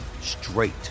straight